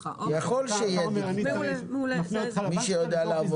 להיות אפשרות שאחתום אצל הגופים המתחרים